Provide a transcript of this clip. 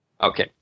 Okay